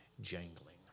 jangling